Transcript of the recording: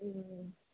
ம்ம்ம்ம்